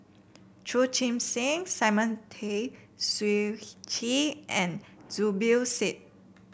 Chu Chee Seng Simon Tay Seong Chee and Zubir Said